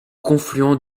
confluent